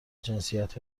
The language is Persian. جنسیت